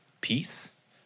peace